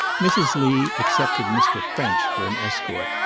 mrs. lee accepted mr. french for an escort,